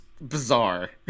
bizarre